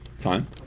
time